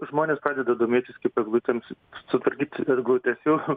žmonės pradeda domėtis kaip eglutėms sutvarkyt eglutes jau